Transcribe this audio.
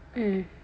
mm